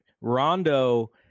Rondo